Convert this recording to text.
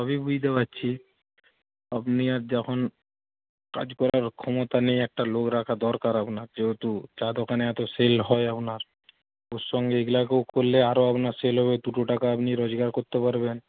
সবই বুঝতে পারছি আপনি আজ যখন কাজ করার ক্ষমতা নেই একটা লোক রাখা দরকার আপনার যেহেতু চা দোকানে এত সেল হয় আপনার ওর সঙ্গে এগুলোকেও করলে আরো আপনার সেল হবে দুটো টাকা আপনি রোজগার করতে পারবেন